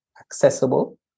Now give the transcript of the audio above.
accessible